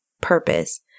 purpose